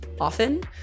often